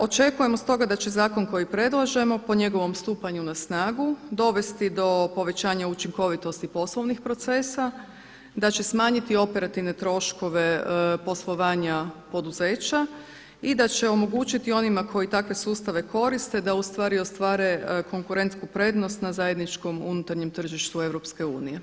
Očekujemo stoga da će zakon koji predlažemo po njegovom stupanju na snagu dovesti do povećanja učinkovitosti poslovnih procesa, da će smanjiti operativne troškove poslovanja poduzeća i da će omogućiti onima koji takve sustave koriste da u stvari ostvare konkurentsku prednost na zajedničkom unutarnjem tržištu EU.